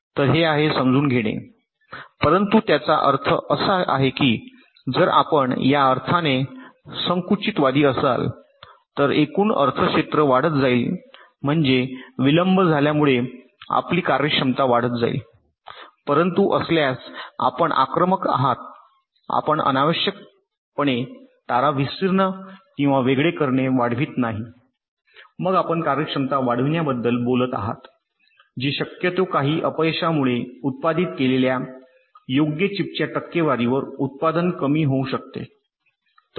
तर हे आहे समजून घेणे परंतु त्याचा अर्थ असा आहे की जर आपण या अर्थाने संकुचितवादी असाल तर एकूण अर्थ क्षेत्र वाढत जाईल म्हणजे विलंब झाल्यामुळे आपली कार्यक्षमता वाढत जाईल परंतु असल्यास आपण आक्रमक आहात आपण अनावश्यकपणे तारा विस्तीर्ण किंवा वेगळे करणे वाढवित नाही मग आपण कार्यक्षमता वाढविण्याबद्दल बोलत आहात जे शक्यतो काही अपयशामुळे उत्पादित केलेल्या योग्य चीपच्या टक्केवारीवर उत्पादन कमी होऊ शकते